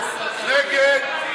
נגד.